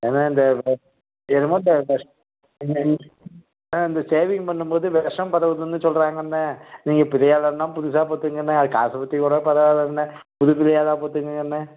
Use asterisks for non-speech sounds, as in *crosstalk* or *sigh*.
ஏண்ணே இந்த *unintelligible* என்னமோ இந்த *unintelligible* அண்ணே ஆ இந்த சேவிங் பண்ணும் போது விஷம் பரவுதுன்னு சொல்கிறாங்கண்ணே நீங்கள் பிளேடாலாம் புதுசாக போட்டுங்கங்கண்ணே அதை காசை பற்றிக் கூட பரவாயில்லைண்ணே புது பிளேடாக போட்டுக்கங்கண்ணே